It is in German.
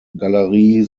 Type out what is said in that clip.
galerie